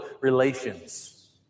relations